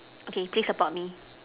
okay please support me